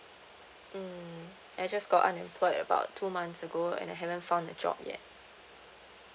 mm I just got unemployed about two months ago and I haven't found a job yet